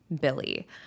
Billy